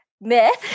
myth